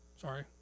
Sorry